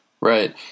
Right